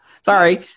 Sorry